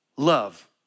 love